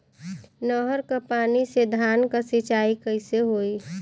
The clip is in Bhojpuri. नहर क पानी से धान क सिंचाई कईसे होई?